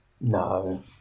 No